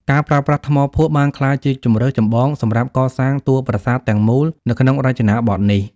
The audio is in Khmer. ការប្រើប្រាស់ថ្មភក់បានក្លាយជាជម្រើសចម្បងសម្រាប់កសាងតួប្រាសាទទាំងមូលនៅក្នុងរចនាបថនេះ។